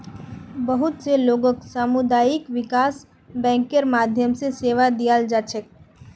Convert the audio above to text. बहुत स लोगक सामुदायिक विकास बैंकेर माध्यम स सेवा दीयाल जा छेक